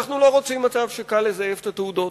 אנחנו לא רוצים מצב שקל לזייף את התעודות,